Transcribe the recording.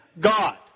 God